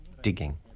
digging